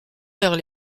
vers